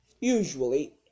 Usually